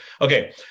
Okay